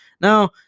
now